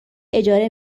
اجاره